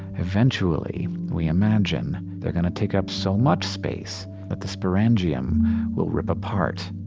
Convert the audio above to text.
eventually, we imagine, they're gonna take up so much space that the sporangium will rip apart,